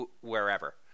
wherever